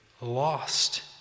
lost